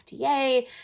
FDA